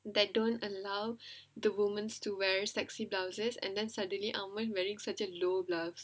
that don't allow the woman to wear sexy blouses and then suddenly Amman wearing such a low blouse